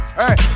Hey